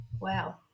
wow